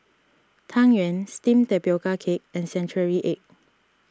Tang Yuen Steamed Tapioca Cake and Century Egg